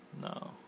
no